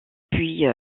puis